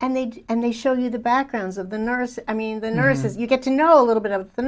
and they did and they show you the backgrounds of the nurses i mean the nurses you get to know a little bit of the